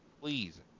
Please